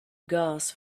gas